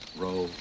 row,